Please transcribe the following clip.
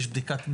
יש בדיקת מנטו,